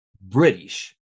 British